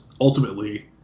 ultimately